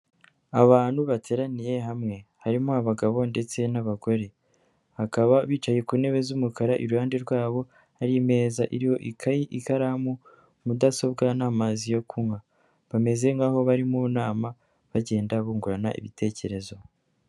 Abantu bateraniye hamwe harimo abagabo ndetse n'abagore. Hakaba bicaye ku ntebe z'umukara, iruhande rwabo hari imeza iriho ikayi, ikaramu, mudasobwa n'amazi yo kunywa. Bameze nk'aho bari mu nama bagenda bungurana ibitekerezo.